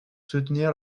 soutenir